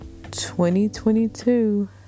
2022